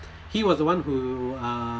he was the one who uh